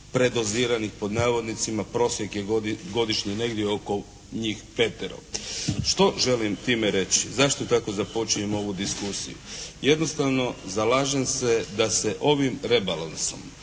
predoziranih pod navodnicima. Prosjek je godišnje negdje oko njih petero. Što želim time reći? Zašto tako započinjem ovu diskusiju? Jednostavno zalažem se da se ovim rebalansom